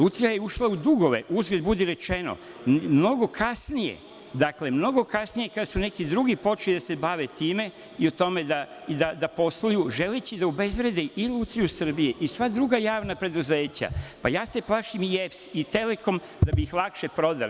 Lutrija je ušla u dugove, uzgred budi rečeno, mnogo kasnije kada su neki drugi počeli da se bave time i da posluju želeći da obezvrede i Lutriju Srbije i sva druga javna preduzeća, a ja se plašim i EPS i Telekom da bi ih lakše prodali.